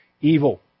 evil